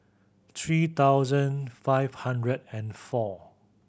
three thousand five hundred and four